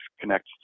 connect